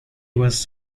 was